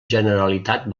generalitat